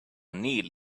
neil